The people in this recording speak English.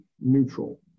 neutral